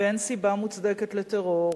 ואין סיבה מוצדקת לטרור,